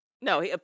No